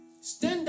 Stand